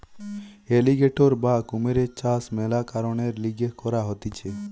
alligator বা কুমিরের চাষ মেলা কারণের লিগে করা হতিছে